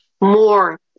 more